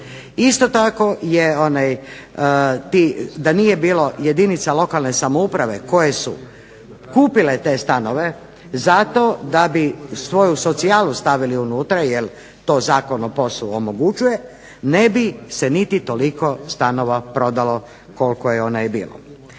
isto tako da nije bilo jedinica lokalne samouprave koje su kupile te stanove zato da bi svoju socijalu stavili unutra jer to Zakon o POS-u omogućuje, ne bi se niti toliko stanova prodalo koliko je onaj bio.